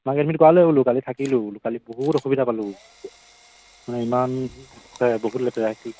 মাক এডমিট কৰালোৱে বোলো কালি থাকিলোঁ বোলো কালি বহুত অসুবিধা পালোঁ মানে ইমান বহুত লেতেৰা আহিছিল